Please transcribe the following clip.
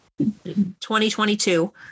2022